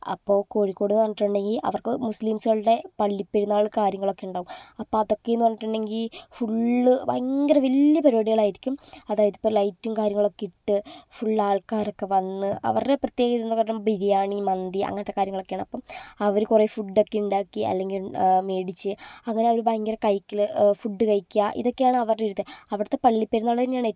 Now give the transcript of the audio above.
അപ്പോൾ കോഴിക്കോടെന്നു പറഞ്ഞിട്ടുണ്ടെങ്കിൽ അവർക്ക് മുസ്ലിംസുകളുടെ പള്ളിപ്പെരുന്നാൾ കാര്യങ്ങളൊക്കെ ഉണ്ടാകും അപ്പം അതൊക്കെയെന്നു പറഞ്ഞിട്ടുണ്ടെങ്കിൽ ഫുള്ള് ഭയങ്കര വലിയ പരിപാടികളായിരിക്കും അതായത് ഇപ്പം ലൈറ്റും കാര്യങ്ങളൊക്കെ ഇട്ട് ഫുള്ള് ആൾക്കാരൊക്കെ വന്ന് അവരുടെ പ്രത്യേക ഇതെന്നു പറഞ്ഞാൽ ബിരിയാണി മന്തി അങ്ങനത്തെ കാര്യങ്ങളൊക്കെയാണ് അപ്പം അവർ കുറെ ഫുഡ്ഡൊക്കെ ഉണ്ടാക്കി അല്ലെങ്കിൽ മേടിച്ച് അങ്ങനെ അവർ ഭയങ്കര കഴിയ്ക്കൽ ഫുഡ് കഴിയ്ക്കുക ഇതൊക്കെയാണ് അവരുടെ ഒരിത് അവിടുത്തെ പള്ളിപ്പെരുന്നാൾ തന്നെയാണ്